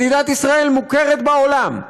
מדינת ישראל מוכרת בעולם,